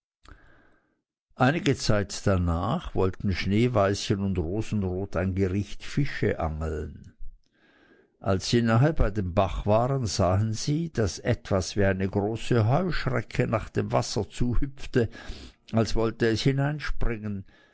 einige zeit danach wollten schneeweißchen und rosenrot ein gericht fische angeln als sie nahe bei dem bach waren sahen sie daß etwas wie eine große heuschrecke nach dem wasser zu hüpfte als wollte es hineinspringen